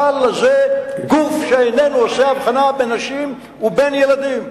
"חיזבאללה" זה גוף שאיננו עושה הבחנה בין נשים ובין ילדים.